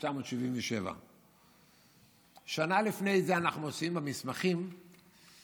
1977. שנה לפני זה אנחנו מוצאים במסמכים שהייתה